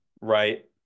right